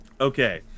okay